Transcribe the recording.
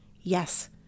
Yes